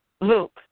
Luke